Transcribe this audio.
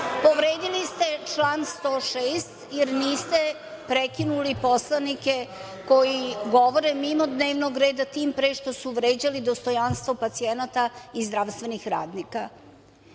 povredili ste član 106, jer niste prekinuli poslanike koji govore mimo dnevnog reda tim pre što su vređali dostojanstvo pacijenata i zdravstvenih radnika. Osećam